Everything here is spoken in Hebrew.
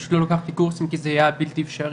פשוט לא לקחתי קורסים כי זה היה בלתי אפשרי,